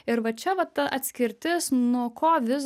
ir va čia va ta atskirtis nuo ko vis